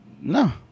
No